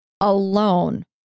alone